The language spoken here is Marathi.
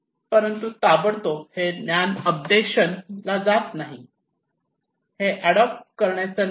परंतु ताबडतोब हे ज्ञान अडपटेशन ला जात नाही हे ऍडॉप्ट करण्याचा निर्णय घेण्यासाठी थोडा वेळ घेते